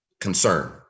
concern